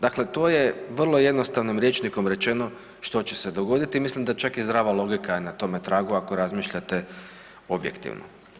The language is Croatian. Dakle, to je vrlo jednostavnim rječnikom rečeno što će se dogoditi, mislim da čak i zdrava logika je na tome tragu, ako razmišljate objektivno.